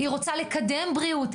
היא רוצה לקדם בריאות,